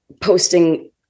posting